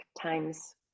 times